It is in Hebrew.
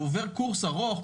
הוא עובר קורס ארוך,